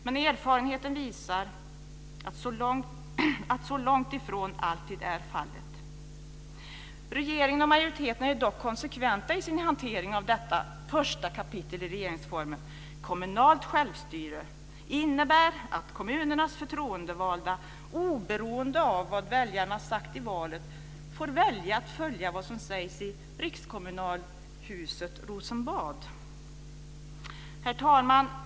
Men erfarenheten visar att det långt ifrån alltid är fallet. Regeringen och majoriteten är dock konsekventa i sin hantering av detta första kapitel i regeringsformen. Kommunalt självstyre innebär att kommunernas förtroendevalda oberoende av vad väljarna har sagt i valet får välja att följa vad som sägs i rikskommunalhuset Rosenbad. Herr talman!